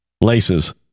laces